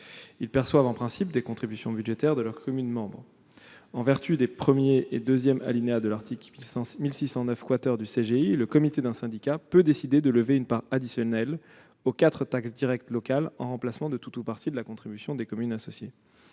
Ils perçoivent en principe des contributions budgétaires de leurs communes membres. En vertu des alinéas 1 et 2 de l'article 1609 du code général des impôts, le comité d'un syndicat peut décider de lever une part additionnelle aux quatre taxes directes locales, en remplacement de tout ou partie de la contribution des communes associées.